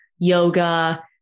yoga